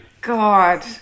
God